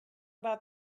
about